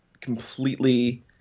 completely